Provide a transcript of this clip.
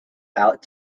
out